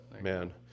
man